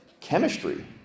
chemistry